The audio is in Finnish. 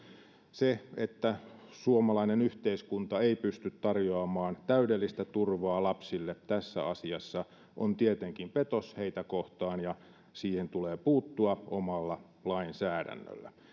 se että suomalainen yhteiskunta ei pysty tarjoamaan täydellistä turvaa lapsille tässä asiassa on tietenkin petos heitä kohtaan ja siihen tulee puuttua omalla lainsäädännöllä